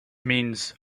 means